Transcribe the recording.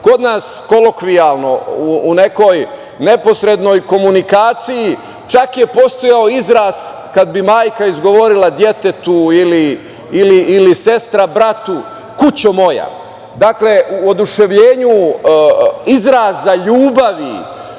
kod nas kolokvijalno u nekoj neposrednoj komunikaciji, čak je postojao izraz kad bi majka izgovorila detetu ili sestra bratu – kućo moja. Dakle, u oduševljenju izraza, ljubavi,